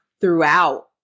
throughout